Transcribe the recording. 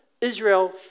Israel